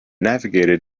navigated